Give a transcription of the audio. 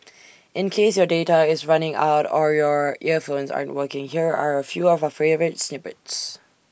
in case your data is running out or your earphones aren't working here are A few of our favourite snippets